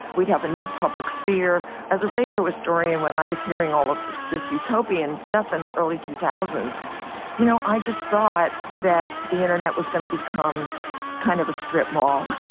we'd have a new public sphere as a radio story and when i was hearing all of this this utopian stuff in the early two thousand s you know i just thought that the internet was going to become kind of a strip mall.